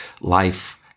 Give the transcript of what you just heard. life